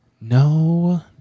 No